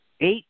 Eight